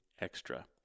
extra